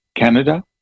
Canada